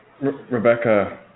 Rebecca